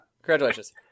Congratulations